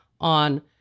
on